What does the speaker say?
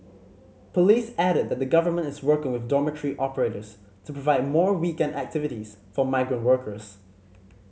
police added that the Government is work with dormitory operators to provide more weekend activities for migrant workers